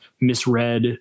misread